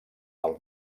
del